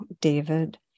David